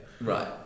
Right